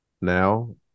now